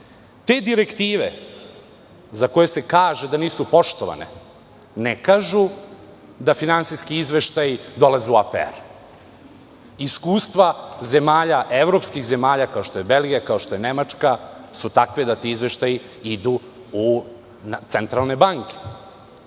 Te direktive za koje se kaže da nisu poštovane, ne kažu da finansijski izveštaji dolaze u APR.Iskustva zemalja, evropskih zemalja, kao što je Belgija, kao što je Nemačka, su takve da ti izveštaji idu na centralne banke.